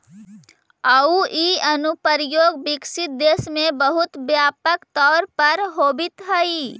आउ इ अनुप्रयोग विकसित देश में बहुत व्यापक तौर पर होवित हइ